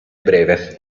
breve